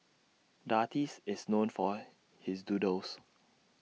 the artist is known for his doodles